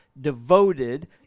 devoted